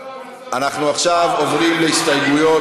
אנחנו עכשיו עוברים להסתייגויות,